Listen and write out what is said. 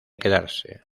quedarse